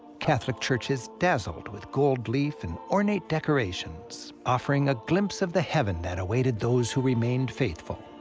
catholic churches dazzled with gold leaf and ornate decorations, offering a glimpse of the heaven that awaited those who remained faithful.